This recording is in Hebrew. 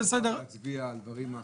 האם תטעני אותו דבר גם על חברים בקואליציה?